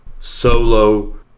Solo